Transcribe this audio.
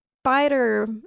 spider